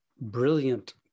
brilliant